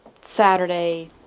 Saturday